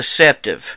deceptive